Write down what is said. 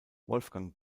wolfgang